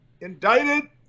Indicted